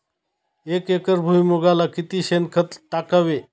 एक एकर भुईमुगाला किती शेणखत टाकावे?